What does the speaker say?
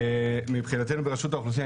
מבחינתנו ברשות האוכלוסין,